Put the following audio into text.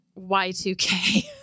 Y2K